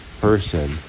person